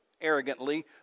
arrogantly